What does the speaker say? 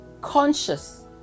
conscious